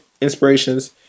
inspirations